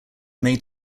made